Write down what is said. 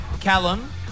Callum